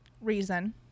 reason